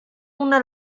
una